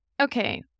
Okay